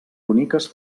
boniques